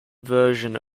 version